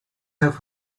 have